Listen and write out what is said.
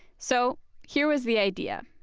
so here was the idea.